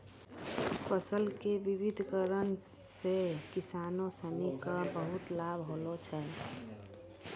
फसल के विविधिकरण सॅ किसानों सिनि क बहुत लाभ होलो छै